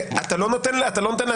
שנים?